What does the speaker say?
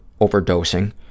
overdosing